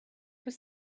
was